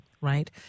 right